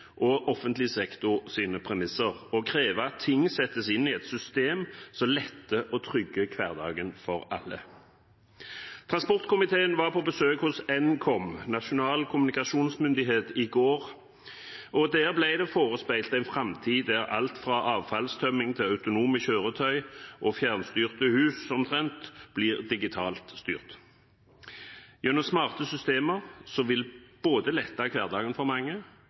og offentlig sektors premisser og kreve at ting settes inn i et system som letter og trygger hverdagen for alle. Transportkomiteen var på besøk hos Nkom, Nasjonal kommunikasjonsmyndighet, i går. Der ble vi forespeilt en framtid der alt fra avfallstømming til autonome kjøretøy og fjernstyrte hus, omtrent, blir digitalt styrt – gjennom smarte systemer som vil både lette hverdagen for mange